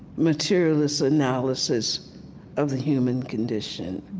materialist analysis of the human condition